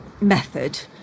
method